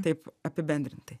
taip apibendrintai